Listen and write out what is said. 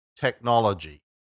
technology